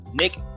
Nick